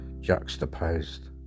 juxtaposed